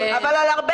אבל על הרבה